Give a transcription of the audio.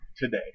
today